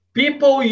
people